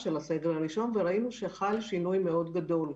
ראינו שחל שינוי מאוד גדול,